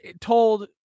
told